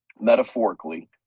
metaphorically